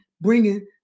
bringing